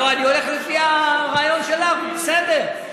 לא, אני הולך לפי הרעיון שלך, הוא בסדר.